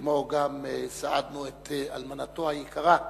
כמו גם סעדנו את אלמנתו היקרה.